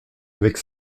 avec